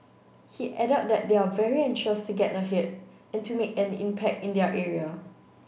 he added that they are very anxious to get ahead and to make an impact in their area